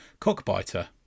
Cockbiter